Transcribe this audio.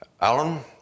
Alan